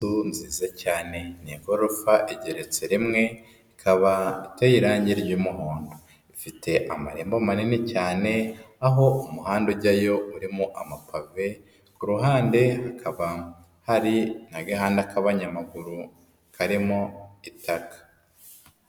Inzu nziza cyane, ni igorofa igeretse rimwe, ikabateye irange ry'umuhondo. Ifite amarembo manini cyane, aho umuhanda ujyayo urimo amapave, kuruhande hakaba hari n'agahanda k'abanyamaguru karimo itaka.